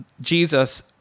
Jesus